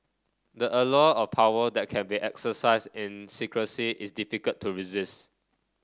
the allure of power that can be exercised in secrecy is difficult to resist